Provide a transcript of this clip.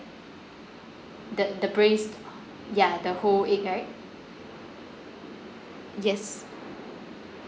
the the braised yeah the whole egg right yes